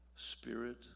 Spirit